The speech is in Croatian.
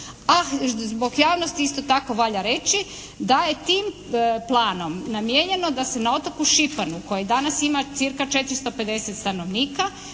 a zbog javnosti isto tako valja reći da je tim planom namijenjeno da se na otoku Šipanu koji danas ima cirka 450 stanovnika